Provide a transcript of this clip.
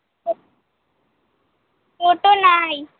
টোটো নাই